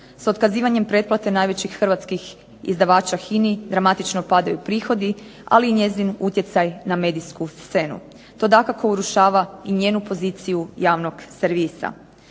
Sa otkazivanjem pretplate najvećih hrvatskih izdavača HINA-i dramatično padaju prihodi, ali i njezin utjecaj na medijsku scenu. To dakako urušava i njenu poziciju javnog servisa.